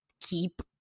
keep